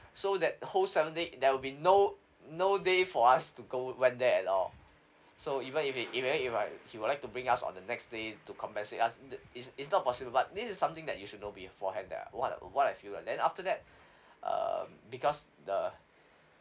so that whole seven day there will be no no day for us to go went there at all so even if it even if I he would like to bring us on the next day to compensate us th~ it's it's not possible but this is something that you should know beforehand that uh what what I feel like then after that err because the